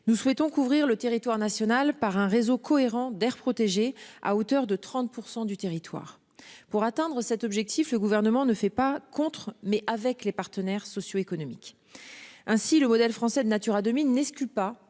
Nous souhaitons couvrir le territoire national par un réseau cohérent d'aires protégées à hauteur de 30% du territoire. Pour atteindre cet objectif, le gouvernement ne fait pas contre, mais avec les partenaires sociaux économiques. Ainsi le modèle français de Natura 2000 n'exclut pas